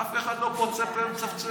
ואף אחד לא פוצה פה ומצפצף.